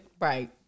Right